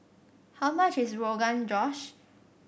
how much is Rogan Josh